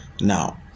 Now